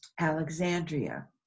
Alexandria